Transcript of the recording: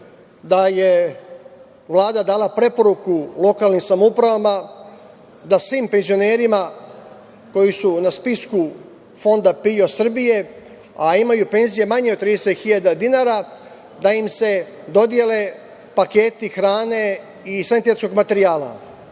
da je Vlada dala preporuku lokalnim samoupravama da svim penzionerima koji su na spisku Fonda PIO Srbije, a imaju penzije manje od 30.000 dinara da im se dodele paketi hrane i sanitarnog materijala,